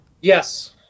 Yes